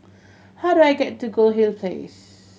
how do I get to Goldhill Place